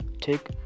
take